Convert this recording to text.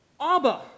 Abba